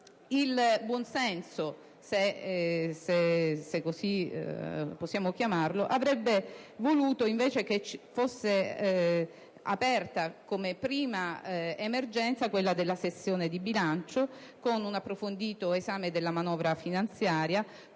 Il buonsenso, se così possiamo chiamarlo, avrebbe voluto che, come prima emergenza, fosse aperta una sessione di bilancio, con un approfondito esame della manovra finanziaria,